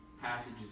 passages